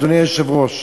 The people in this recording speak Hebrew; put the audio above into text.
אדוני היושב-ראש,